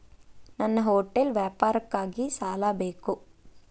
ನನ್ನ ಹೋಟೆಲ್ ವ್ಯಾಪಾರಕ್ಕಾಗಿ ಸಾಲ ಬೇಕು